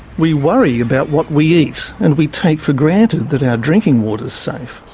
we worry about what we eat, and we take for granted that our drinking water is safe.